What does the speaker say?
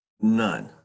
none